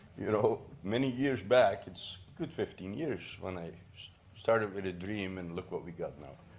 you know many years back, it's good fifteen years when i started with a dream and look what we got now.